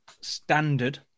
standard